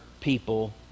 people